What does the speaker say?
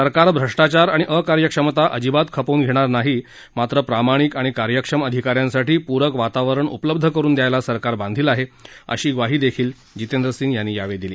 सरकार भ्रष्टाचार आणि अकार्यक्षमता अजिबात खपवून घेणार नाही मात्र प्रामाणिक आणि कार्यक्षम अधिका यांसाठी पूरक वातावरण उपलब्ध करुन द्यायला सरकार बांधिल आहे अशी ग्वाही जितेंद्र सिंग यांनी यावेळी दिली